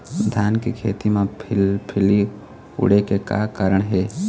धान के खेती म फिलफिली उड़े के का कारण हे?